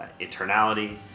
eternality